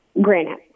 Granite